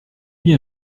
bien